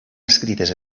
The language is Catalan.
escrites